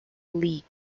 league